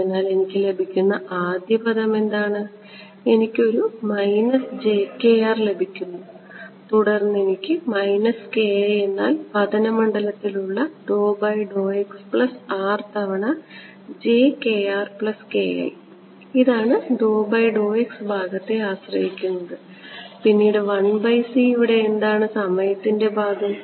അതിനാൽ എനിക്ക് ലഭിക്കുന്ന ആദ്യ പദം എന്താണ് എനിക്ക് ഒരു ലഭിക്കുന്നു തുടർന്ന് എനിക്ക് എന്നാൽ പതന മണ്ഡലത്തിൽ ഉള്ള പ്ലസ് R തവണ ഇതാണ് ഭാഗത്തെ ആശ്രയിക്കുന്നത് പിന്നീട് 1 by c ഇവിടെ എന്താണ് സമയത്തിൻ്റെ ഭാഗം